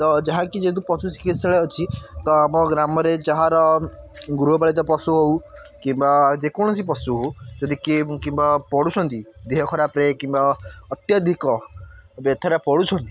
ତ ଯାହା କି ଯେହେତୁ ପଶୁ ଚିକିତ୍ସାଳୟ ଅଛି ତ ଆମ ଗ୍ରାମରେ ଯାହାର ଗୃହପାଳିତ ପଶୁ ହେଉ କିମ୍ବା ଯେକୌଣସି ପଶୁ ହେଉ ଯଦି କିଏ କିମ୍ବା ପଡ଼ୁଛନ୍ତି ଦେହ ଖରାପରେ କିମ୍ବା ଅତ୍ୟଧିକ ବ୍ୟଥାରେ ପଡ଼ୁଛନ୍ତି